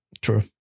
True